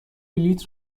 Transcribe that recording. بلیط